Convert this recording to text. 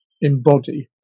embody